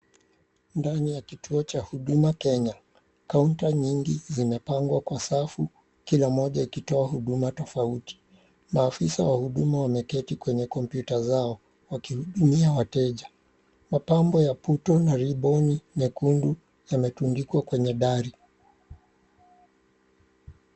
Ndani ya kituo cha Huduma Kenya kaunta nyingi zimepangwa Kwa safu kila moja ikitoa huduma tofauti. Maafisa wa Huduma wameketi kwenye kompyuta zao wakihudumia wateja. Mapambo ya puto na{cs} riboni{cs} nyekundu yametundikwa kwenye dari.